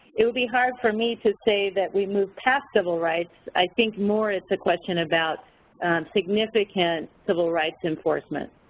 it would be hard for me to say that we've moved past civil rights. i think more it's a question about significant civil rights enforcement.